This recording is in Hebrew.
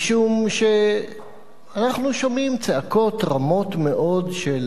משום שאנחנו שומעים צעקות רמות מאוד של